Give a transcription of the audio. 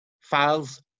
files